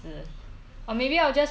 then be the weird cat lady